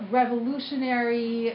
revolutionary